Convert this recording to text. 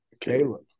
Caleb